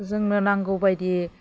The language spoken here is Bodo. जोंनो नांगौबायदि